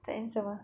tak handsome ah